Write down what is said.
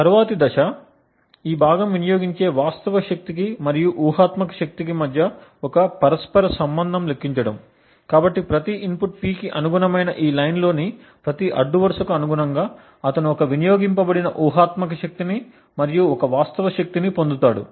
తరువాతి దశ ఈ భాగం వినియోగించే వాస్తవ శక్తికి మరియు ఊహాత్మక శక్తికి మధ్య ఒక పరస్పర సంబంధం లెక్కించడం కాబట్టి ప్రతి ఇన్పుట్ P కి అనుగుణమైన ఈ లైన్ లోని ప్రతి అడ్డు వరుసకు అనుగుణంగా అతను ఒక వినియోగింపబడిన ఊహాత్మక శక్తిని మరియు ఒక వాస్తవ శక్తిని పొందుతాడు